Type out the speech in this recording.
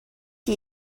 que